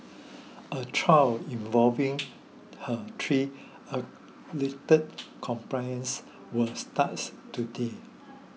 a trial involving her three alleged accomplices was starts today